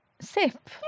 Sip